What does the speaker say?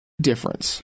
difference